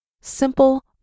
simple